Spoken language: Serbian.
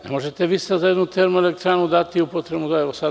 Ne možete vi sada za jednu termoelektranu dati upotrebnu dozvolu tako.